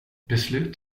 beslut